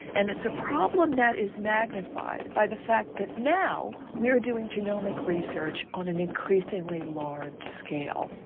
and it's a problem that is magnified by the fact that now we're doing genomic research on an increasingly large scale.